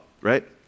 right